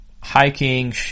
hiking